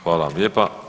Hvala vam lijepa.